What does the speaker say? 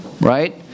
Right